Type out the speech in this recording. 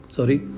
Sorry